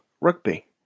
rugby